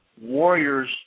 warriors